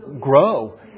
grow